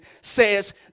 says